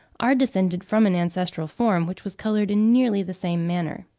are descended from an ancestral form which was coloured in nearly the same manner.